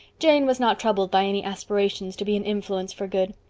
jane was not troubled by any aspirations to be an influence for good.